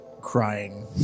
crying